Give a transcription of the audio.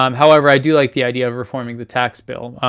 um however, i do like the idea of reforming the tax bill,